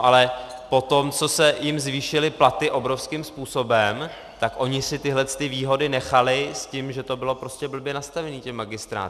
Ale potom, co se jim zvýšily platy obrovským způsobem, tak oni si tyhle výhody nechali s tím, že to bylo prostě blbě nastavené magistrátem.